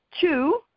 two